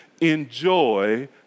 enjoy